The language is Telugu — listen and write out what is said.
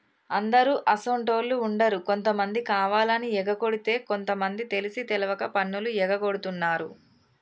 అందరు అసోంటోళ్ళు ఉండరు కొంతమంది కావాలని ఎగకొడితే కొంత మంది తెలిసి తెలవక పన్నులు ఎగగొడుతున్నారు